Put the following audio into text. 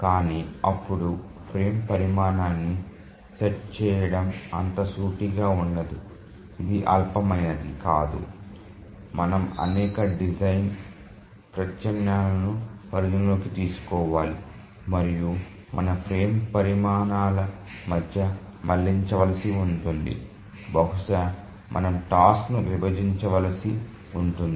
కానీ అప్పుడు ఫ్రేమ్ పరిమాణాన్ని సెట్ చేయడం అంత సూటిగా ఉండదు ఇది అల్పమైనది కాదు మనము అనేక డిజైన్ ప్రత్యామ్నాయాలను పరిగణనలోకి తీసుకోవాలి మరియు మన ఫ్రేమ్ పరిమాణాల మధ్య మళ్ళించవలసి ఉంటుంది బహుశా మనము టాస్క్ ను విభజించవలసి ఉంటుంది